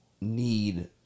need